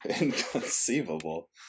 Inconceivable